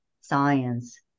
science